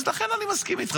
אז לכן, אני מסכים איתך.